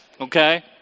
okay